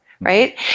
Right